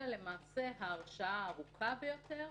אלא למעשה ההרשעה הארוכה ביותר